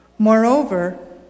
Moreover